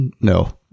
No